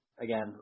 again